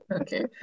okay